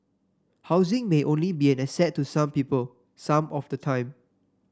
housing may only be an asset to some people some of the time